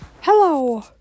Hello